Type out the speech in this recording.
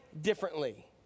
differently